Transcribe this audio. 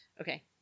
Okay